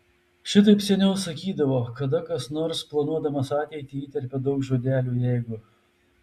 šitaip seniau sakydavo kada kas nors planuodamas ateitį įterpia daug žodelių jeigu